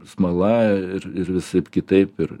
smala ir ir visaip kitaip ir